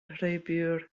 rheibiwr